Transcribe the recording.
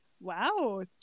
wow